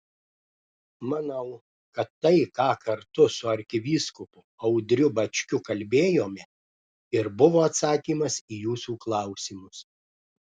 manau kad tai ką kartu su arkivyskupu audriu bačkiu kalbėjome ir buvo atsakymas į jūsų klausimus